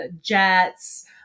jets